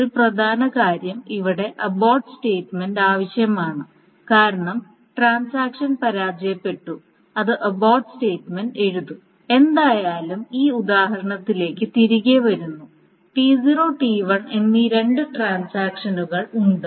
ഒരു പ്രധാന കാര്യം ഇവിടെ അബോർട്ട് സ്റ്റേറ്റ് മെൻറ് ആവശ്യമാണ് കാരണം ട്രാൻസാക്ഷൻ പരാജയപ്പെട്ടു അത് അബോർട്ട് സ്റ്റേറ്റ് മെൻറ് എഴുതും എന്തായാലും ഈ ഉദാഹരണത്തിലേക്ക് തിരികെ വരുന്നു T0 T1 എന്നീ രണ്ട് ട്രാൻസാക്ഷനുകൾ ഉണ്ട്